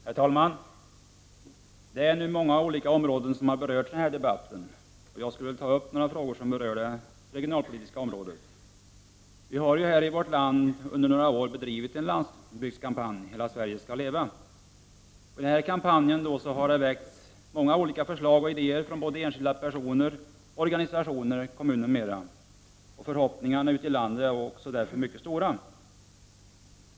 Herr talman! Det är nu många olika områden som har blivit berörda i denna debatt. Jag skulle gärna vilja ta upp några frågor som gäller det regionalpolitiska området. Vi har i vårt land under några år bedrivit en landsbygdskampanj ”Hela Sverige skall leva”. I samband med denna kampanj har det kommit många olika förslag och idéer från både enskilda personer, organisationer, kommuner och andra. Förhoppningarna ute i landet är därför också mycket stora.